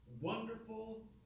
wonderful